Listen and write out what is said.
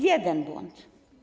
Jeden błąd.